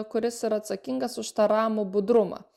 kuris yra atsakingas už tą ramų budrumą